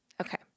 Okay